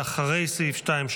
לאחרי סעיף 2,